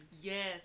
Yes